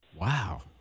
Wow